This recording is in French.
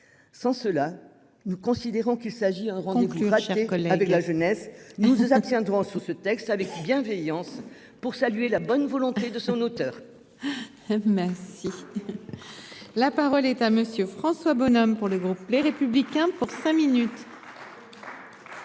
Sans cela, nous considérons qu'il s'agit plus que la avec la jeunesse, nous nous abstiendrons sous ce texte avec bienveillance pour saluer la bonne volonté de son auteur. Merci. La parole est à monsieur François Bonhomme. Pour le groupe. Les républicains pour cinq minutes.